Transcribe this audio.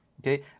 Okay